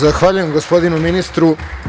Zahvaljujem gospodinu ministru.